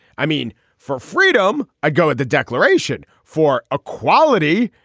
i mean for freedom i'd go at the declaration for equality.